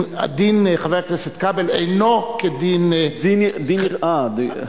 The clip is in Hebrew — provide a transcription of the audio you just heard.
דין חבר הכנסת כבל אינו, דין יראה.